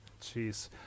jeez